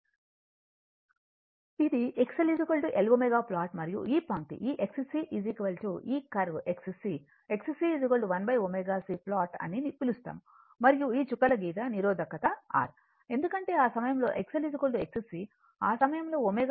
ఇది XLLω plot మరియు ఈ పంక్తి ఈ XC ఈ వక్రత XC XC 1 ω C ప్లాట్ అని పిలుస్తాము మరియు ఈ చుక్కల గీత నిరోధకత R